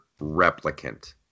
Replicant